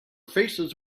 faces